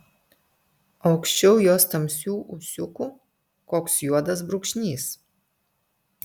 aukščiau jos tamsių ūsiukų koks juodas brūkšnys